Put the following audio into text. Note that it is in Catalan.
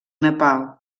nepal